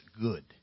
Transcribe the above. good